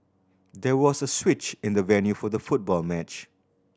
there was a switch in the venue for the football match